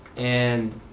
and